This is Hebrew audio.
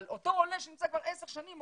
אבל אותו עולה שנמצא כבר עשר שנים,